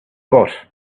but